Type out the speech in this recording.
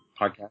podcast